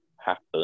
happen